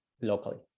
locally